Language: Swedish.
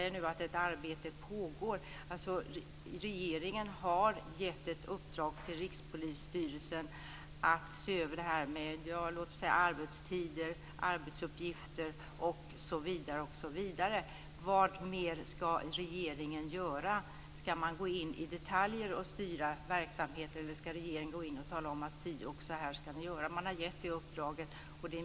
Regeringen har gett ett uppdrag till Rikspolisstyrelsen att se över frågan om arbetstider, arbetsuppgifter osv. Vad mer skall regeringen göra? Skall man gå in och styra verksamheten i detalj? Skall regeringen tala om att si och så skall göras?